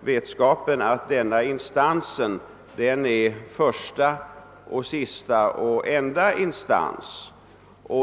vetskapen om att marknadsrådet är första och sista och enda instans säkerligen har sin betydelse inför allmänheten.